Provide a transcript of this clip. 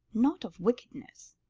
not of wickedness.